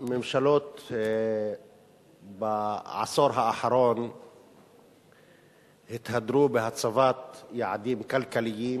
הממשלות בעשור האחרון התהדרו בהצבת יעדים כלכליים